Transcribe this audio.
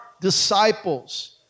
disciples